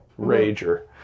Rager